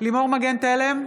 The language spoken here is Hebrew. לימור מגן תלם,